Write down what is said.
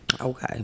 Okay